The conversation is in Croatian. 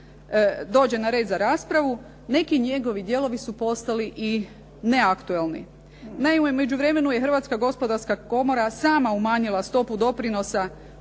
dođe na red za raspravu, neki njegovi dijelovi su postali i neaktualni. Naime, u međuvremenu je Hrvatska gospodarska komora sama umanjila stopu doprinosa